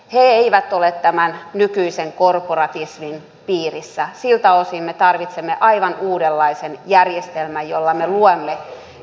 ne eivät ole tämän nykyisen korporatismin piirissä siltä osin me tarvitsemme aivan uudenlaisen järjestelmän jolla me luomme houkuttelevuutta